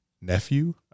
nephew